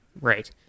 right